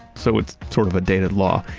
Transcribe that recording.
so it's sort of a dated law.